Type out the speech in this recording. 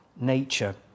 nature